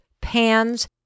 pans